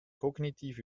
kognitiv